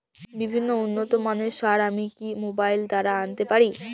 বিভিন্ন উন্নতমানের সার আমি কি মোবাইল দ্বারা আনাতে পারি?